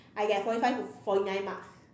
I get forty five to forty nine marks